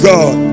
God